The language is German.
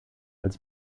als